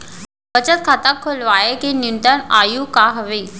बचत खाता खोलवाय के न्यूनतम आयु का हवे?